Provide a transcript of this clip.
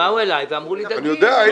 באו אליי ואמרו לי: דגים.